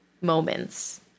moments